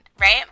right